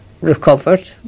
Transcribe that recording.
recovered